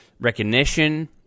recognition